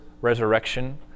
resurrection